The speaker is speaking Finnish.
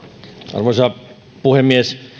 arvoisa puhemies